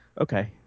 okay